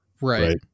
Right